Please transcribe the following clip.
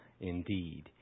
indeed